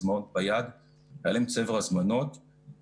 היה להן צבר הזמנות ביד,